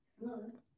No